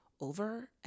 over